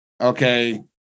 Okay